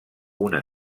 una